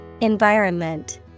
Environment